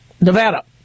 Nevada